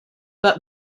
but